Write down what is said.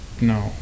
No